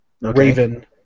raven